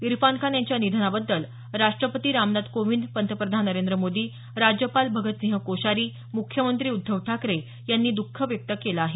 इरफान खान यांच्या निधनाबद्दल राष्ट्रपती रामनाथ कोविंद पंतप्रधान नरेंद्र मोदी राज्यपाल भगतसिंह कोश्यारी मुख्यमंत्री उद्धव ठाकरे यांनी दुख व्यक्त केलं आहे